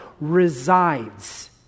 resides